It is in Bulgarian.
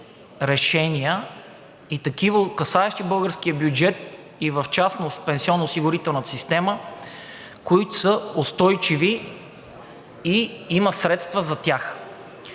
решения и такива, касаещи българския бюджет и в частност пенсионноосигурителната система, които са устойчиви и има средства за тях.